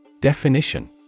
Definition